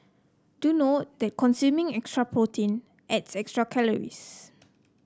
do note that consuming extra protein adds extra calories